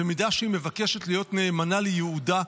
במידה שהיא מבקשת להיות נאמנה לייעודה,